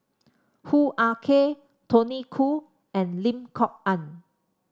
Hoo Ah Kay Tony Khoo and Lim Kok Ann